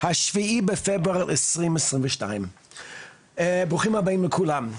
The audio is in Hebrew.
ה-7 בפברואר 2022. ברוכים הבאים לכולם.